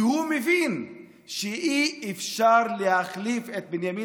כי הוא מבין שאי-אפשר להחליף את בנימין